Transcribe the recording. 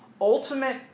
ultimate